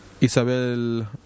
Isabel